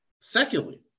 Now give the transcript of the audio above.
Secondly